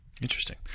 Interesting